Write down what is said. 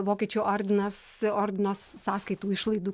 vokiečių ordinas ordinas sąskaitų išlaidų